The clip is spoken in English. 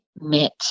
met